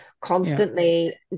constantly